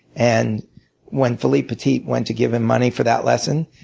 and when philippe petit went to give him money for that lesson,